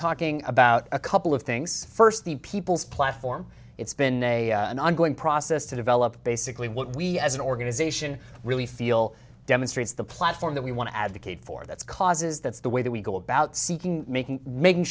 talking about a couple of things first the people's platform it's been a an ongoing process to develop basically what we as an organization really feel demonstrates the platform that we want to advocate for that's causes that's the way that we go about seeking making making